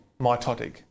mitotic